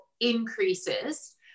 increases